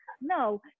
No